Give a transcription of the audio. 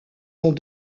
ont